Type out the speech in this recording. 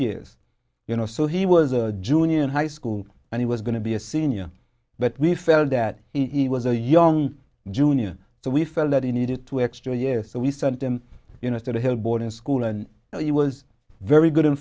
years you know so he was a junior in high school and he was going to be a senior but we felt that he was a young junior so we felt that he needed two extra years so we sent him you know to help boarding school and he was very good in